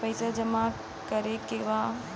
पैसा जमा करे के बा?